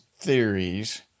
theories